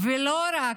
ולא רק,